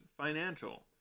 financial